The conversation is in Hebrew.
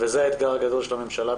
וזה האתגר הגדול של הממשלה,